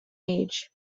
age